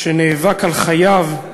שנאבק על חייו.